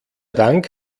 dank